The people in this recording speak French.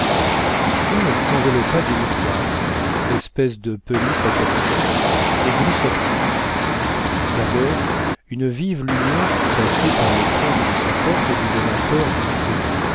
soudain elle s'enveloppa d'une coiffe espèce de pelisse à capuchon et voulut sortir d'abord une vive lumière qui passait par les fentes de sa porte lui donna peur du feu